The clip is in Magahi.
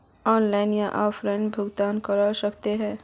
लोन ऑनलाइन या ऑफलाइन भुगतान करवा सकोहो ही?